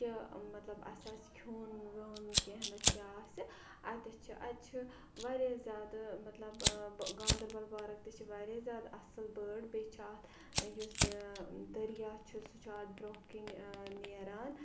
کیاہ مَطلَب اَسہِ آسہِ کھیٚون وِیٚون کینٛہہ نہ تہٕ کینٛہہ آسہِ اَتٮ۪تھ چھِ اَتہِ چھِ واریاہ زیادٕ مَطلَب گاندَربَل پارَک تہِ چھِ واریاہ زیادٕ اَصل بٔڑۍ بیٚیہِ چھِ اَتھ یُس دٔریا چھُ سُہ چھُ اَتھ برونٛہہ کِنۍ نیران